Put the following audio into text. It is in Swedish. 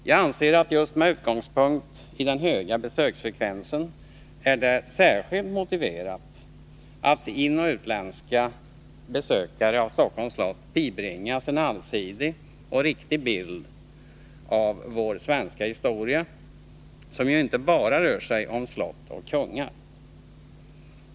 Jag anser att det just med utgångspunkt i den höga besöksfrekvensen är särskilt motiverat att inoch utländska besökare i Stockholms slott bibringas en allsidig och riktig bild av vår svenska historia, som ju inte bara rör sig om slott och kungar.